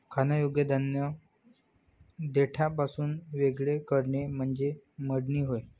खाण्यायोग्य धान्य देठापासून वेगळे करणे म्हणजे मळणी होय